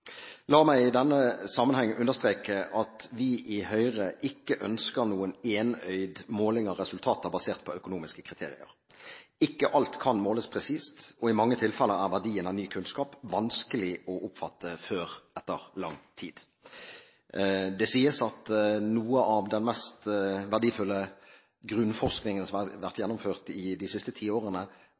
La meg i denne sammenheng understreke at vi i Høyre ikke ønsker noen enøyd måling av resultater basert på økonomiske kriterier. Ikke alt kan måles presist, og i mange tilfeller er verdien av ny kunnskap vanskelig å oppfatte før etter lang tid. Det sies at når det gjelder noe av den mest verdifulle grunnforskningen som har vært gjennomført i de siste